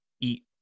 eat